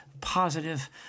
positive